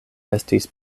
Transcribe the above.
estis